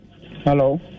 Hello